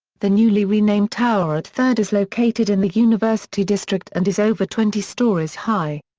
the newly renamed tower at third is located in the university district and is over twenty stories high.